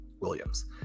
Williams